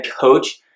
coach